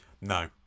No